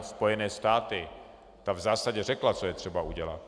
Spojené státy, v zásadě řekla, co je třeba udělat.